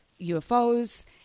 UFOs